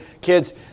kids